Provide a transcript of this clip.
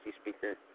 speaker